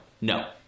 no